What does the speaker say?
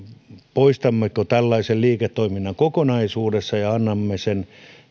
poistammeko tällaisen liiketoiminnan kokonaisuudessaan ja annamme sen